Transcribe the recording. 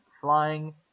flying